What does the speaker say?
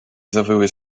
zawyły